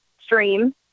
stream